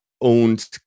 owned